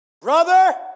Brother